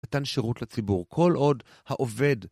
ניתן שירות לציבור. כל עוד העובד ...